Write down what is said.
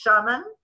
shaman